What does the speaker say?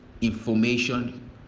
information